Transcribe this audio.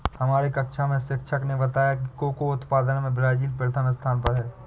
हमारे कक्षा में शिक्षक ने बताया कि कोको उत्पादन में ब्राजील प्रथम स्थान पर है